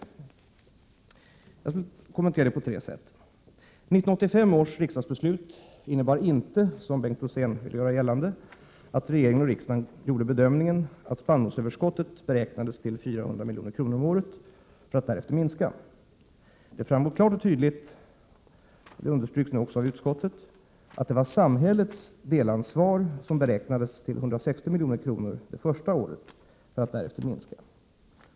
Där har jag tre kommentarer att lämna. För det första: 1985 års riksdagsbeslut innebar inte, som Bengt Rosén vill göra gällande, att riksdagen och regeringen gjorde bedömningen att spannmålsöverskottet beräknades till 400 milj.kr. om året för att därefter minska. Det framgår klart och tydligt, vilket nu också utskottet understryker, att det var samhällets delansvar som beräknades till 160 milj.kr. det första året för att därefter minska.